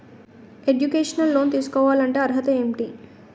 Educational loan తీసుకోవాలంటే అర్హత ఏంటి?